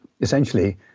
essentially